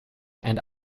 and